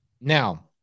Now